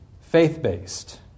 faith-based